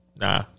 Nah